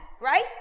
right